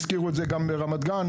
הזכירו את זה גם ברמת גן,